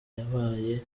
yabaye